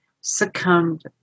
succumbed